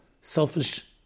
selfish